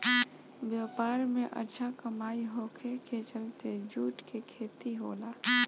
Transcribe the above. व्यापार में अच्छा कमाई होखे के चलते जूट के खेती होला